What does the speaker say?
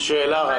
יש לי שאלה רק.